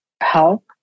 help